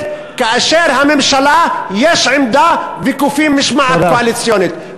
כאשר לממשלה יש עמדה וכופים משמעת קואליציונית.